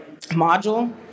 module